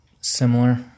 similar